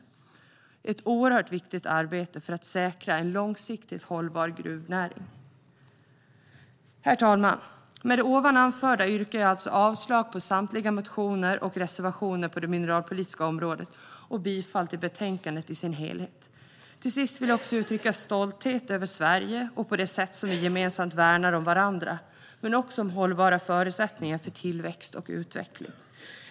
Det är ett oerhört viktigt arbete för att säkra en långsiktigt hållbar gruvnäring. Herr talman! Med det ovan anförda yrkar jag avslag på samtliga motioner och reservationer på det mineralpolitiska området, och jag yrkar bifall till förslaget i betänkandet i sin helhet. Till sist vill jag också uttrycka stolthet över Sverige och det sätt på vilket vi gemensamt värnar om varandra men också om hållbara förutsättningar för tillväxt och utveckling.